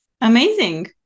Amazing